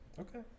Okay